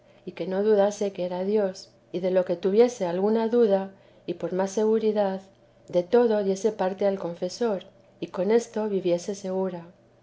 y de que no dudase que era dios y de lo que tuviese alguna duda y por más seguridad de todo diese parte al confesor y con esto viviese segura